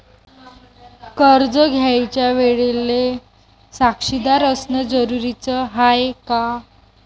कर्ज घ्यायच्या वेळेले साक्षीदार असनं जरुरीच हाय का?